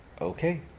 okay